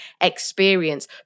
experience